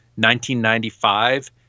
1995